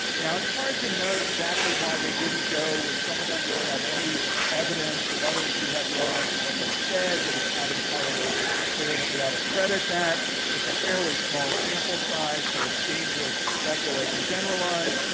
now it's hard to know exactly why they didn't go with some of them. we don't have any evidence. with others we have the evidence what they said. but it's not entirely clear that we ought to credit that. it's a fairly small sample size. so it's dangerous to speculate and generalize.